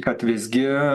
kad visgi